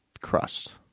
crust